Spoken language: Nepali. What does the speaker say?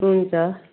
हुन्छ